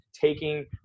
taking